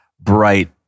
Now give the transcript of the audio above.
bright